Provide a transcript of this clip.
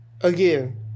Again